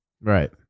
right